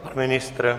Pan ministr?